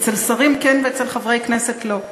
אצל שרים, כן, ואצל חברי כנסת,